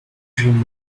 dream